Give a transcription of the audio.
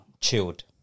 chilled